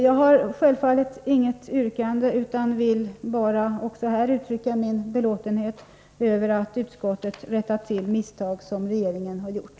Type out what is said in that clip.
Jag har självfallet inget yrkande, utan vill också här bara uttrycka belåtenhet över att utskottet rättat till misstag som regeringen gjort.